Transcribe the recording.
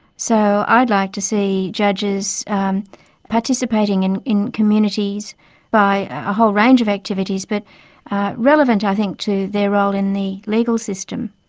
so i'd like to see judges participating in in communities by a whole range of activities, but relevant i think to their role in the legal system.